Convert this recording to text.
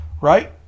Right